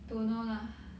don't know lah